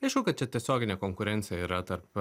aišku kad čia tiesioginė konkurencija yra tarp